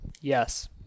yes